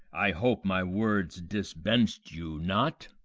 i hope my words disbench'd you not.